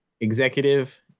executive